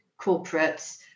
corporates